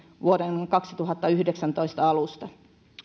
vuoden kaksituhattayhdeksäntoista alusta